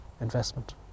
investment